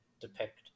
depict